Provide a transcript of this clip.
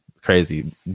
Crazy